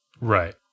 Right